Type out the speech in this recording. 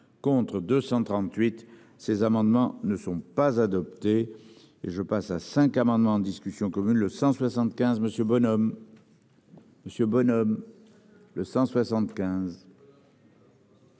contre 238. Ces amendements ne sont pas adoptés et je passe à 5 amendements en discussion commune le 175 monsieur bonhomme. Monsieur Bonhomme. Le 175.